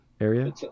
area